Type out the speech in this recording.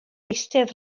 eistedd